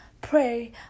pray